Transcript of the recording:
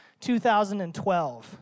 2012